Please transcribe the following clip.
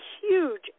huge